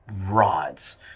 rods